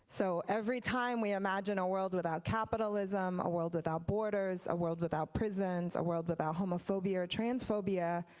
so every time we imagine a world without capitalism, a world without boarders, a world without prisons, a world without homophobia or transphobia,